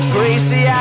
Tracy